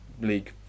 League